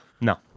No